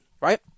right